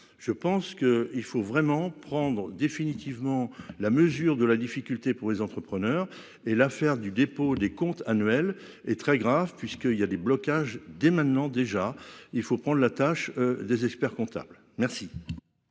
Je pense que il faut vraiment prendre définitivement la mesure de la difficulté pour les entrepreneurs et l'affaire du dépôt des comptes annuels est très grave puisqu'il y a des blocages des maintenant déjà il faut prendre la tâche des experts-comptables, merci.